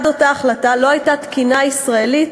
עד אותה החלטה לא הייתה תקינה ישראלית